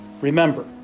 Remember